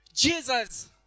Jesus